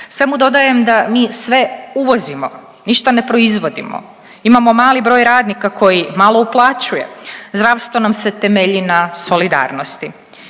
Samo dodajem da mi sve uvozimo, ništa ne proizvodimo, imamo mali broj radnika koji malo uplaćuje, zdravstvo nam se temelji na solidarnosti